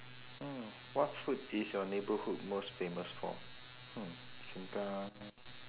mm what food is your neighbourhood most famous for hmm seng kang